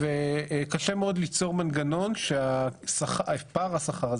וקשה מאוד ליצור מנגנון שפער השכר הזה,